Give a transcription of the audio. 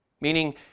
Meaning